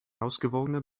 ausgewogener